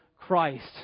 Christ